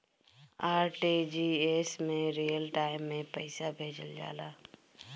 RTGS में real time में पइसा भेजल जाला